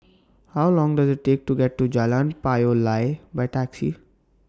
How Long Does IT Take to get to Jalan Payoh Lai By Taxi